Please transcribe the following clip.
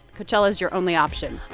coachella is your only option